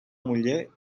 muller